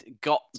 Got